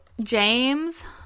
James